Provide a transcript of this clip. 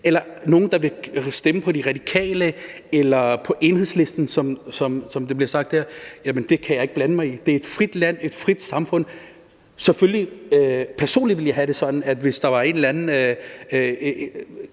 er nogle, der vil stemme på De Radikale eller på Enhedslisten, som det bliver sagt her, kan jeg ikke blande mig i det; det er et frit land, et frit samfund. Selvfølgelig ville jeg personligt have det sådan, at jeg, hvis der var en eller anden